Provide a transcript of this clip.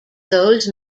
those